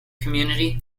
community